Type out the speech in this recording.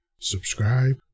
subscribe